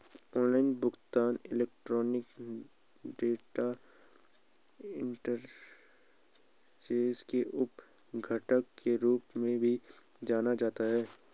online भुगतान electronic data interchange के उप घटक के रूप में भी जाना जाता है